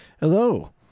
Hello